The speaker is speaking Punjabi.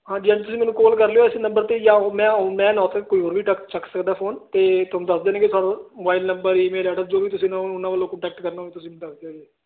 ਹਾਂਜੀ ਹਾਂਜੀ ਤੁਸੀਂ ਮੈਨੂੰ ਕਾਲ ਕਰ ਲਿਓ ਇਸ ਨੰਬਰ ਤੇ ਜਾਂ ਮੈਂ ਕੋਈ ਹੋਰ ਵੀ ਚੱਕ ਸਕਦਾ ਫੋਨ ਤੇ ਤੁਹਾਨੂੰ ਦੱਸਦੇ ਨੇ ਕਿ ਤੁਹਾਨੂੰ ਮੋਬਾਈਲ ਨੰਬਰ ਈਮੇਲ ਐਡਰੈਸ ਜੋ ਵੀ ਤੁਸੀਂ ਉਹਨਾਂ ਵੱਲੋਂ ਕੰਟੈਕਟ ਕਰਨਾ ਹੋਵੇ ਤੁਸੀਂ